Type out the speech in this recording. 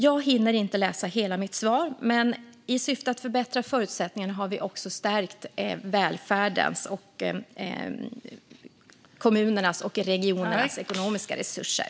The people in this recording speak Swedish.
Jag hinner inte med hela mitt svar, men i syfte att förbättra förutsättningarna har vi också stärkt välfärdens, kommunernas och regionernas ekonomiska resurser.